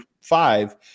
five